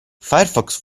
firefox